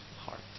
heart